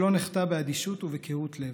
שלא נחטא באדישות ובקהות לב.